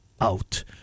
out